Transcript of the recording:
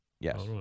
Yes